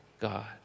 God